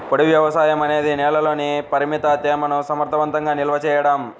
పొడి వ్యవసాయం అనేది నేలలోని పరిమిత తేమను సమర్థవంతంగా నిల్వ చేయడం